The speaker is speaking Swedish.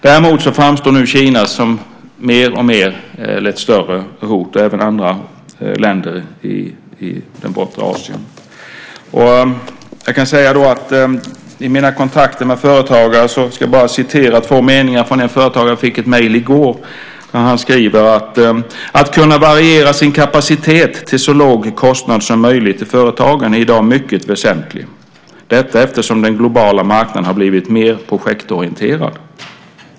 Däremot framstår nu Kina mer och mer som ett större hot, och det gäller även andra länder i bortre Asien. Från mina kontakter med företagare ska jag läsa upp två meningar från en företagare. Jag fick ett mejl i går där han skrev: Att kunna variera sin kapacitet till så låg kostnad som möjligt i företagen är i dag mycket väsentligt, detta eftersom den globala marknaden har blivit mer projektorienterad.